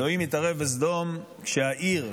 אלוהים התערב בסדום כשהעיר,